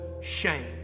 shame